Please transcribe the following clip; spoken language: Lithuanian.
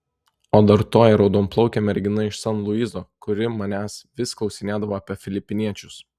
o dar toji raudonplaukė mergina iš san luiso kuri manęs vis klausinėdavo apie filipiniečius